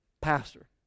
pastor